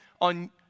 on